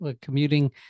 commuting